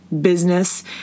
business